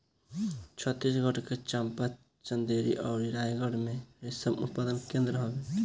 छतीसगढ़ के चंपा, चंदेरी अउरी रायगढ़ में रेशम उत्पादन केंद्र हवे